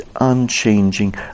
unchanging